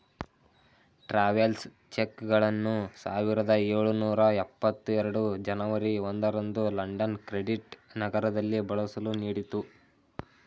travels ಚೆಕ್ಗಳನ್ನು ಸಾವಿರದ ಎಳುನೂರ ಎಪ್ಪತ್ತ ಎರಡು ಜನವರಿ ಒಂದು ರಂದು ಲಂಡನ್ ಕ್ರೆಡಿಟ್ ನಗರದಲ್ಲಿ ಬಳಸಲು ನೀಡಿತ್ತು